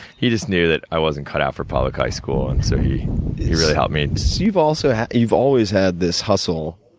he just knew i wasn't cut out for public high school, and so he he really helped me. so you've also had you've always had this hustle.